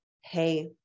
hey